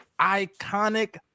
iconic